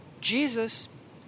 Jesus